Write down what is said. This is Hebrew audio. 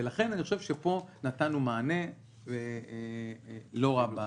ולכן, אני חשוב שפה נתנו מענה לא רע.